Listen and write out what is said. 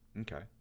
Okay